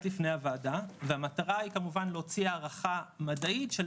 לפני הוועדה והמטרה היא כמובן להוציא הערכה מדעית שעל